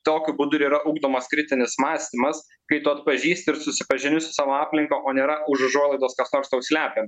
tokiu būdu ir yra ugdomas kritinis mąstymas kai tu atpažįsti ir susipažini su savo aplinka o nėra už užuolaidos kas nors tau slepia